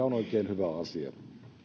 on oikein hyvä asia